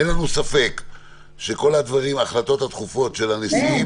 אין לנו ספק שכל ההחלטות הדחופות של הנשיאים,